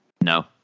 No